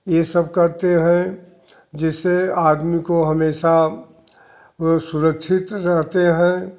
ये सब करते हैं जिससे आदमी को हमेशा व सुरक्षित रहते हैं